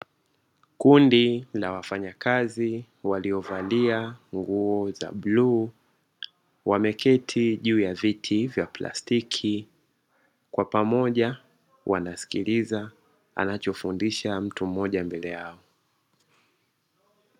Kundi la wafanyakazi waliovalia nguo za bluu wameketi juu ya viti vya plastiki kwa pamoja wanamsikiliza anachofundisha mtu mmoja mbele yao.